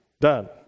done